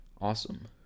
awesome